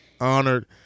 honored